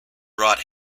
brought